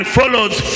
follows